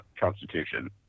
Constitution